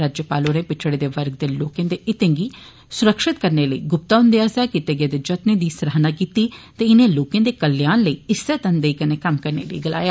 राज्यपाल होरें पिच्छड़े दे वर्ग दे लोकें दे हितें गी सुरक्षति करने लेई गुप्ता हुन्दे आस्सेया कीते गेदे जत्नें गी सराहना कीती ते इनें लोकें दे कल्याण लेई तनदेई कन्नै कम्म करने लेई गलाया